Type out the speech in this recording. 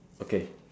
okay